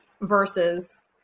versus